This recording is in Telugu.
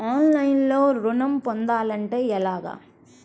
ఆన్లైన్లో ఋణం పొందాలంటే ఎలాగా?